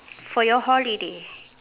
for your holiday